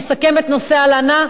נסכם את נושא ההלנה,